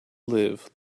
live